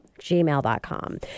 gmail.com